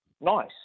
nice